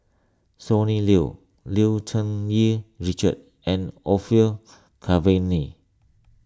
Sonny Liew Liew Cherng Yih Richard and Orfeur Cavenagh